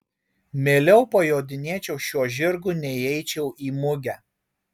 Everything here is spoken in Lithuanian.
mieliau pajodinėčiau šiuo žirgu nei eičiau į mugę